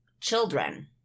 children